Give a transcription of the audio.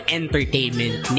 entertainment